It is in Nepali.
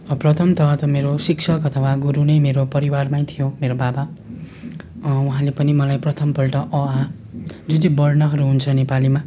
प्रथमत शिक्षक अथवा गुरु नै मेरो परिवारमै थियो मेरो बाबा उहाँले पनि मलाई प्रथमपल्ट अ आ जुन चाहिँ वर्णहरू हुन्छ नेपालीमा